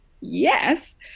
yes